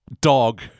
Dog